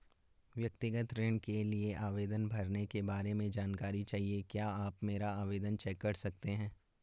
व्यक्तिगत ऋण के लिए आवेदन भरने के बारे में जानकारी चाहिए क्या आप मेरा आवेदन चेक कर सकते हैं?